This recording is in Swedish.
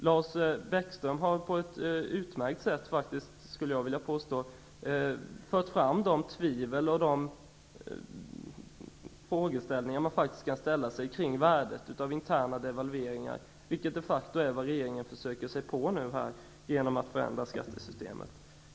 Lars Bäckström har på ett utmärkt sätt, skulle jag vilja påstå, fört fram de tvivel man kan känna och de frågor man ställer inför värdet av interna devalveringar, vilket de facto är vad regeringen försöker sig på nu genom att förändra skattesystemet.